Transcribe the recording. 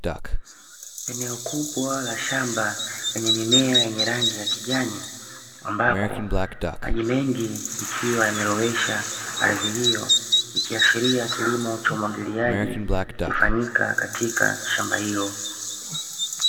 Eneo kubwa la shamba, lenye mimea ya rangi ya kijani, ambapo maji mengi yakiwa yamelowesha ardhi hiyo, ikiashiria kilimo cha umwagiliaji kikifanyika katika shamba hilo.